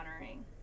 honoring